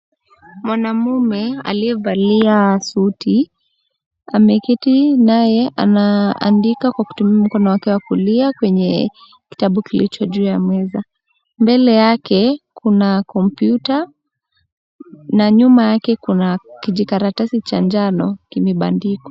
Mwanaume aliyevalia suti ameketi naye anaandika kwa kutumia mkono wake wa kulia kwenye kitabu kilicho juu ya meza. Mbele yake kuna kompyuta na nyuma yake kuna kijikaratasi cha njano kimebandikwa.